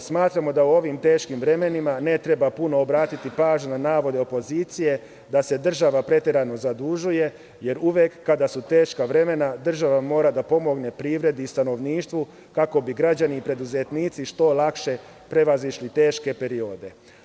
Smatramo da u ovim teškim vremenima ne treba puno obratiti pažnju na navode opozicije da se država preterano zadužuje, jer uvek kada su teška vremena, država mora da pomogne privredi i stanovništvu, kako bi građani i preduzetnici što lakše prevazišli teške periode.